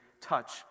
touch